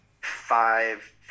five